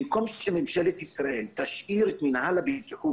במקום שממשלת ישראל תשאיר את מינהל הבטיחות